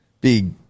big